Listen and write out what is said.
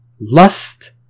Lust